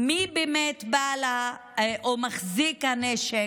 מי באמת בעל או מחזיק הנשק,